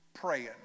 Praying